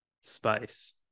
space